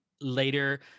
later